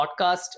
podcast